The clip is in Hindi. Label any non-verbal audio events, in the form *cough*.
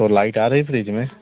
तो लाइट आ रही है *unintelligible* में